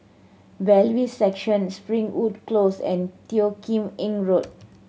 Bailiffs' Section Springwood Close and Teo Kim Eng Road